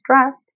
stressed